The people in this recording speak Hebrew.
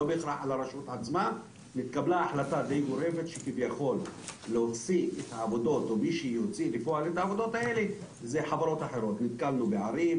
התקבלה החלטה גורפת להוציא את העבודות לחברות אחרות.